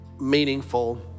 meaningful